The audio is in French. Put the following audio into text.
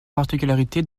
particularité